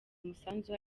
umusanzu